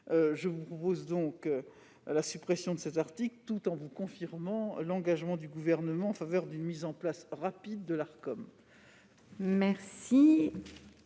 Je vous propose donc la suppression de cet article, tout en vous confirmant l'engagement du Gouvernement en faveur d'une mise en place rapide de l'Arcom.